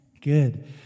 good